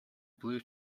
blue